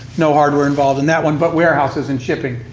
no hardware involved in that one, but warehouses and shipping,